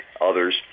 others